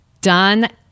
Done